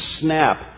snap